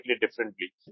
differently